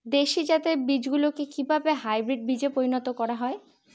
দেশি জাতের বীজগুলিকে কিভাবে হাইব্রিড বীজে পরিণত করা হয়?